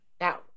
Now